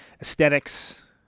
aesthetics